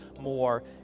more